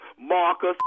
marcus